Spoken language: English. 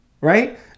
Right